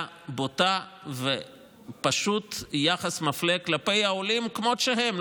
בוטה ויחס פשוט מפלה כלפי העולים כמו שהם,